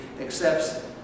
accepts